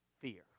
Fear